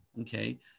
Okay